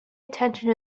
attention